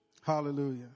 Hallelujah